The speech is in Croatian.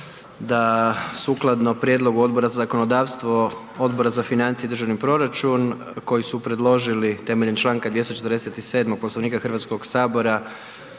da sukladno prijedlogu Odbora za zakonodavstvo, Odbora za financije i državni proračun koji su predložili temeljem članka 247. Poslovnika Hrvatskog sabora